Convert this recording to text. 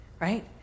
right